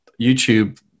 YouTube